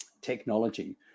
technology